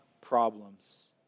problems